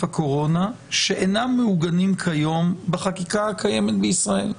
הקורונה שאינם מעוגנים כיום בחקיקה הקיימת בישראל.